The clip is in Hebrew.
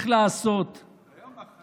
הצעת חוק חינוך לשוויון מגדרי.